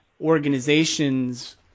organizations